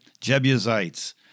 Jebusites